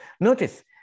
Notice